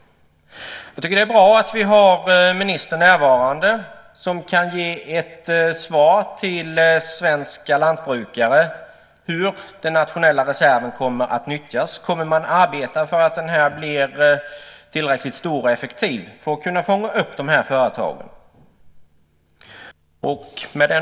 Det är bra att vi har ministern närvarande som kan ge ett svar till svenska lantbrukare om hur den nationella reserven kommer att nyttjas. Kommer man att arbeta för att den ska bli tillräckligt stor och effektiv för att kunna fånga upp de här företagen?